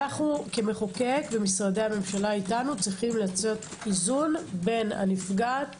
אנו כמחוקק ומשרדי הממשלה אתנו צריכים לעשות איזון בין הנפגעת